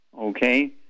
okay